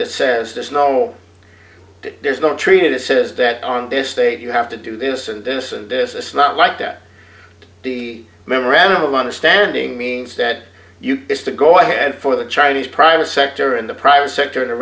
that says there's no there's no treated it says that on this state you have to do this and this and this is not like that the memorandum of understanding means that you wish to go ahead for the chinese private sector in the private sector in a